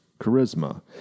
charisma